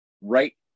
right